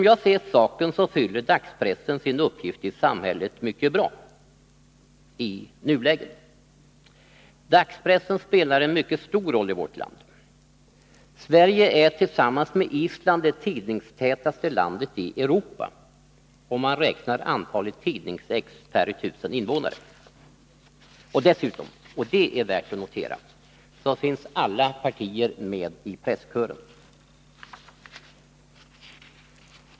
I nuläget fyller dagspressen sin uppgift i samhället mycket bra. Dagspressen spelar en utomordentligt stor roll i vårt land. Sverige är tillsammans med Island det tidningstätaste landet i Europa, om man räknar antalet tidningsexemplar per 1000 invånare. Dessutom — och det är värt att notera — finns alla partier med i presskören.